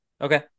Okay